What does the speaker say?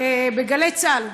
ב"גלי צה"ל"